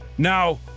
Now